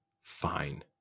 fine